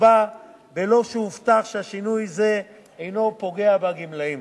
קצבה בלא שהובטח ששינוי זה אינו פוגע בגמלאים